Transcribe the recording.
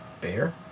bear